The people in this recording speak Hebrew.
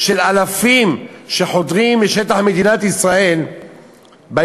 אלפים שחודרים לשטח מדינת ישראל כל חודש,